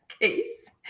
case